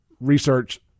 research